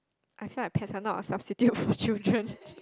I feel like pets are not a substitute for children